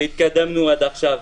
והתקדמנו עד עכשיו.